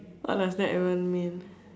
what does that even mean